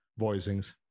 voicings